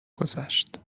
گذشت